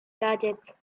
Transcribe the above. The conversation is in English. gadget